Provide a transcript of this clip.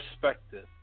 perspective